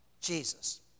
Jesus